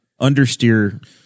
Understeer